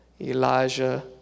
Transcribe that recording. Elijah